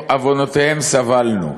עוונותיהם סבלנו.